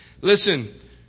Listen